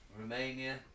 Romania